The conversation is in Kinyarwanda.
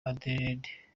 adelaide